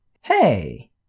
Hey